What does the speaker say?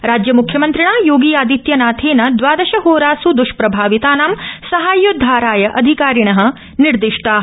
राज्यम्ख्यमन्त्रिणा योगी आदित्यनाथेन द्वादशहोरास् द्ष्प्रभावितानां साहायोद्धाराय अधिकारिण निर्दिष्टा